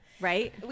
right